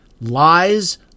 Lies